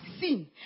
seen